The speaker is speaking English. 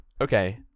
okay